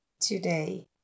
today